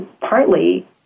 partly